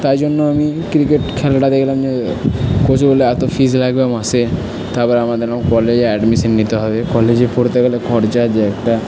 তাই জন্য আমি ক্রিকেট খেলাটা দেখলাম যে কোচে বলল এত ফিজ লাগবে মাসে তারপর আমার দেখলাম কলেজে অ্যাডমিশন নিতে হবে কলেজে পড়তে গেলে খরচা আছে একটা